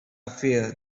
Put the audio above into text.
fear